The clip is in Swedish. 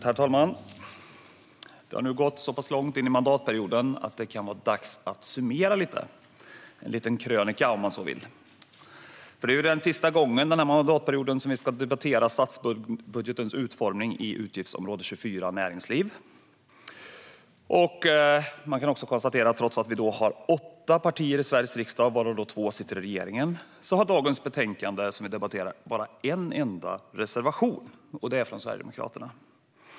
Herr talman! Det har nu gått så pass lång tid in i mandatperioden att det kan vara dags att summera lite grann - att göra en krönika, om man så vill. Det är sista gången denna mandatperiod som vi ska debattera statsbudgetens utformning inom utgiftsområde 24 Näringsliv. Trots att vi har åtta partier i Sveriges riksdag, varav två sitter i regeringen, kan man konstatera att det finns bara en reservation i detta betänkande, och den är från Sverigedemokraterna.